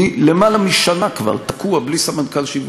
כבר למעלה משנה אני תקוע בלי סמנכ"ל שיווק.